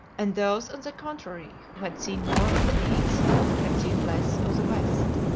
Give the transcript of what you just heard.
and those on the contrary who had seen more of the east had seen less of the west.